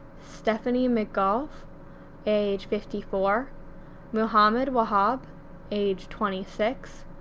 stephanie mcgeough age fifty four muhammad wahab age twenty six,